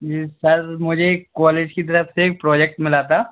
जी sir मुझे एक college के तरफ से एक प्रोजेक्ट मिला था